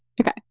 okay